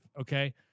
Okay